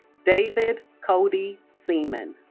david cody seaman